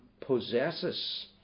possesses